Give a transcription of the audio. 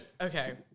okay